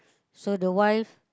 so the wife